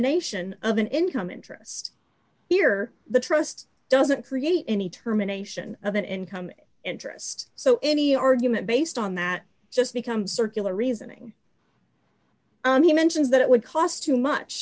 nation of an income interest here the trust doesn't create any terminations of an income interest so any argument based on that just becomes circular reasoning he mentions that it would cost too